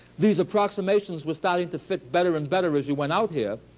these approximations were starting to fit better and better as you went out here.